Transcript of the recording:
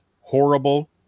Horrible